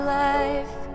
life